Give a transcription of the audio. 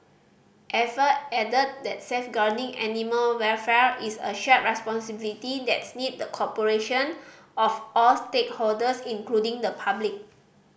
Ava added that safeguarding animal welfare is a shared responsibility that needs the cooperation of all stakeholders including the public